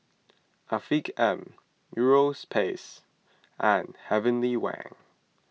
Afiq M Europace and Heavenly Wang